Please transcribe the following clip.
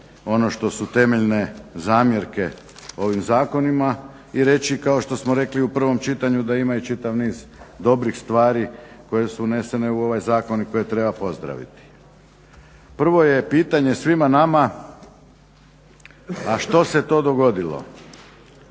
ono što su temeljne zamjerke ovim zakonima i reći kao što smo rekli u prvom čitanju, da ima i čitav niz dobrih stvari koje su unesene u ovaj zakon i koje treba pozdraviti. Prvo je pitanje svima nama, a što se to dogodilo?